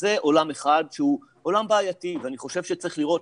אז זה עולם אחד שהוא עולם בעייתי ואני חושב שצריך לראות